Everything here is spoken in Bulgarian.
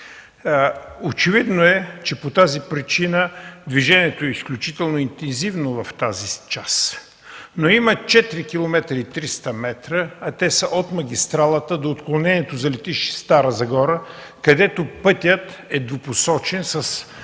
Очевидно е, че по тази причина движението е изключително интензивно в тази си част. Има 4,3 км, а те са от магистралата до отклонението за летище Стара Загора, където пътят е двупосочен с